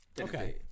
Okay